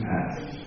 Past